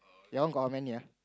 your one got how many ah